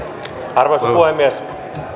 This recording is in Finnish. arvoisa puhemies